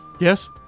Yes